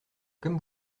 comme